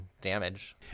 damage